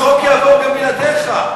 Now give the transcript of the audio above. החוק יעבור גם בלעדיך,